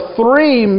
three